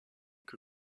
que